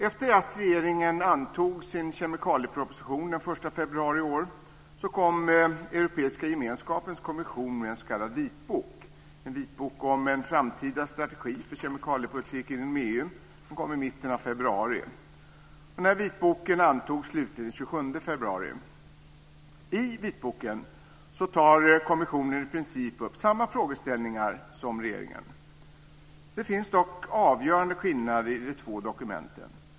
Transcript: Efter det att regeringen antog sin kemikalieproposition den 1 februari i år kom Europeiska gemenskapens kommission med en s.k. vitbok - en vitbok om en framtida strategi för kemikaliepolitiken inom EU - I vitboken tar kommissionen i princip upp samma frågeställningar som regeringen. Det finns dock avgörande skillnader i de två dokumenten.